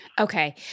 Okay